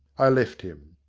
i left him.